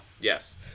Yes